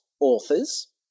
authors